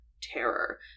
terror